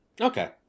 Okay